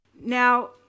Now